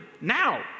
now